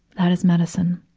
that is medicine.